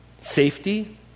Safety